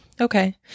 okay